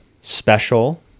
special